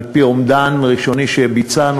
על-פי אומדן ראשוני שביצענו,